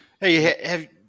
hey